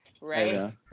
right